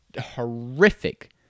horrific